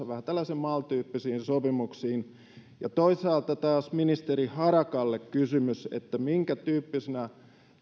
vähän tällaisiin mal tyyppisiin sopimuksiin ja toisaalta myös ministeri harakalle kysymys minkä tyyppisenä